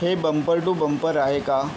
हे bumper to bumper आहे का